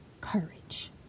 courage